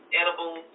edible